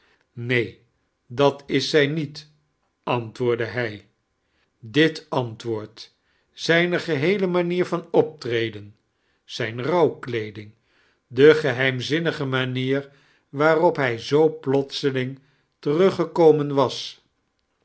neen dat is zij niet antwoordd hij dit antwoord zijn geheele manier van optneden zijn rcraiwkleeding de geheimzinnige manier waarop hij zoo plotseling teruggekomen was